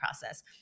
process